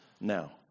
now